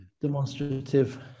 demonstrative